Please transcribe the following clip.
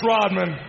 Rodman